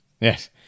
Yes